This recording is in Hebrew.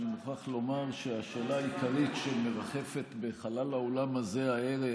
אני מוכרח לומר שהשאלה העיקרית שמרחפת בחלל האולם הזה הערב,